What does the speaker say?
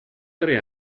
tre